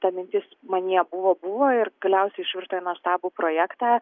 ta mintis manyje buvo buvo ir galiausiai išvirto į nuostabų projektą